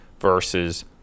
versus